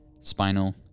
Spinal